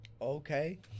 Okay